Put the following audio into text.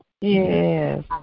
Yes